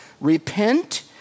Repent